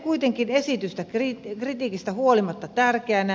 pidämme esitystä kuitenkin kritiikistä huolimatta tärkeänä